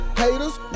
haters